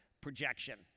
projection